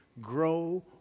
Grow